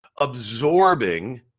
absorbing